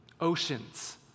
Oceans